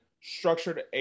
structured